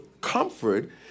comfort